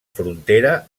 frontera